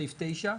סעיף 9,